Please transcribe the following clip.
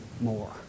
more